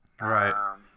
Right